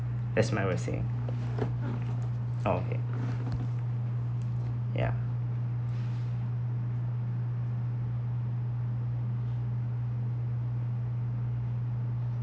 that's my rest saying okay ya